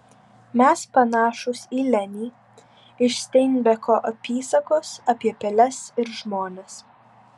mes panašūs į lenį iš steinbeko apysakos apie peles ir žmones